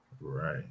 Right